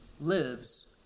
lives